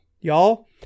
y'all